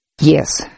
Yes